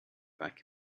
back